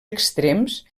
extrems